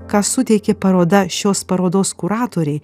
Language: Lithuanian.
ką suteikė paroda šios parodos kuratoriai